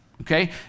okay